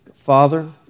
Father